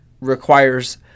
requires